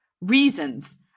reasons